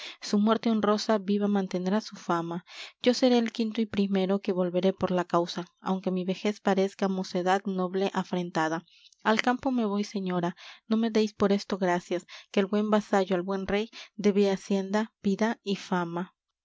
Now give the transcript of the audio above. su muerte honrosa viva mantendrá su fama yo seré el quinto y primero que volveré por la causa aunque mi vejez parezca mocedad noble afrentada al campo me voy señora no me déis por esto gracias que el buen vasallo al buen rey debe hacienda vida y fama